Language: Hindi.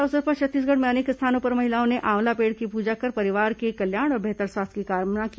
इस अवसर पर छत्तीसगढ़ में अनेक स्थानों पर महिलाओं ने आंवला पेड़ की पूजा कर परिवार के कल्याण और बेहतर स्वास्थ्य की कामना की